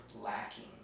lacking